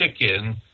chicken